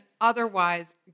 otherwise